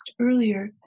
earlier